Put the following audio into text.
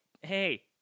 Hey